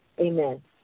Amen